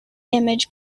image